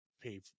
pay